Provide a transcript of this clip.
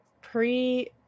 Pre